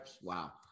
Wow